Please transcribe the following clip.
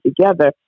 together